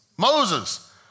Moses